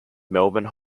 melbourne